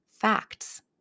facts